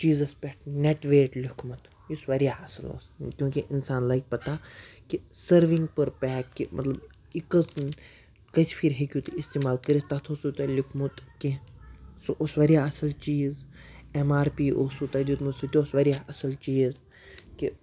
چیٖزَس پٮ۪ٹھ net weight لیوٚکھمُت یُس واریاہ اَصٕل اوس کیونکہ اِنسان لَگہِ پَتہ کہِ سٔروِنٛگ پٔر پیک کہِ مطلب یہِ کٔژ کٔژِ پھِر ہیٚکِو تُہۍ استعمال کٔرِتھ تَتھ اوسو تۄہہِ لیوٚکھمُت کینٛہہ سُہ اوس واریاہ اَصٕل چیٖز اٮ۪م آر پی اوسو تۄہہِ دیُتمُت سُہ تہِ اوس واریاہ اَصٕل چیٖز کہِ